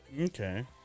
Okay